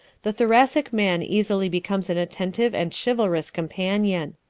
the thoracic man easily becomes an attentive and chivalrous companion.